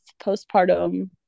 postpartum